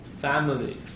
family